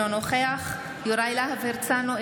אינו נוכח יוראי להב הרצנו,